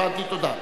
הבנתי, תודה.